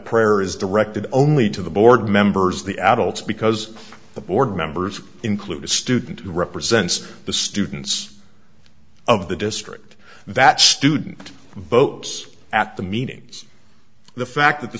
directed only to the board members the adults because the board members include a student who represents the students of the district that student boats at the meetings the fact that the